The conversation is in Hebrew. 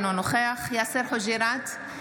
אינו נוכח יאסר חוג'יראת,